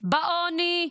בעוני,